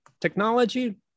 technology